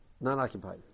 non-occupied